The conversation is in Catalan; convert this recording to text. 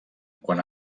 quan